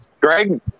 Greg